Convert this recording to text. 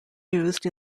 used